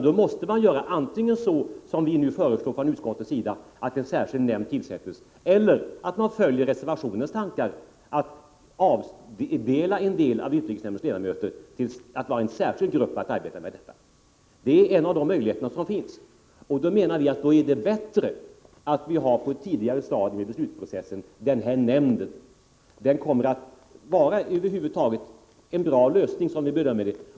Då måste man antingen göra som utskottet föreslår, nämligen tillsätta en nämnd, eller följa reservationens tankar att avdela vissa av utrikesnämndens ledamöter till en särskild grupp som får arbeta med denna kontroll. Det är de möjligheter som finns. Vi menar att det då är bättre att vi på ett tidigare stadium i beslutsprocessen har denna nämnd. Den kommer över huvud taget att vara en bra lösning, som vi bedömer det.